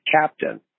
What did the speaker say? captain